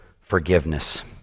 forgiveness